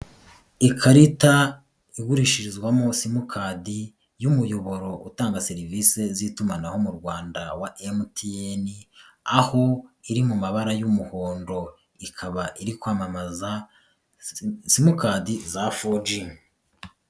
Ikarita igurishirizwamo simukadi y'umuyoboro utanga serivisi z'itumanaho mu Rwanda wa MTN aho iri mu mabara y'umuhondo ikaba iri kwamamaza simukadi za 4G.